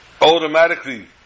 automatically